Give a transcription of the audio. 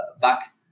back